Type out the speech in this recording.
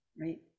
Right